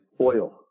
oil